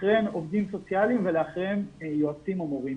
לאחריהם עובדים סוציאליים ולאחריהם יועצים או מורים.